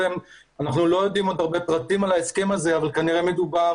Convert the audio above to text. אנחנו עוד לא יודעים הרבה פרטים על ההסכם הזה אבל כנראה מדובר